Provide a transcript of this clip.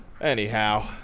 Anyhow